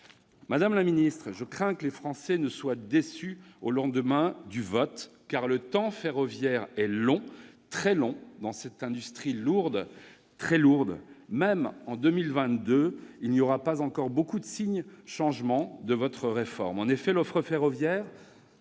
Madame la ministre, je crains que les Français ne soient déçus au lendemain du vote, car le temps ferroviaire est long, très long dans cette industrie lourde, très lourde. Même en 2022, il n'y aura pas beaucoup de signes des changements induits par votre réforme. En effet, l'offre ferroviaire,